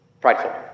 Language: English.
Prideful